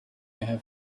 have